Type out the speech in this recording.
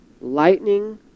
Lightning